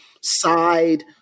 side